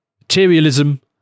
materialism